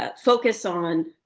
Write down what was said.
ah focus on.